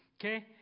Okay